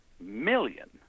million